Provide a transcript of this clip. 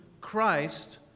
Christ